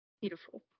Beautiful